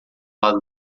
lado